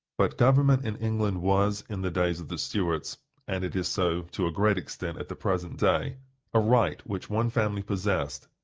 but government in england was, in the days of the stuarts and it is so to a great extent at the present day a right which one family possessed,